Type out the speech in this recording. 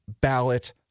ballot